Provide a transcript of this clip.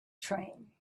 train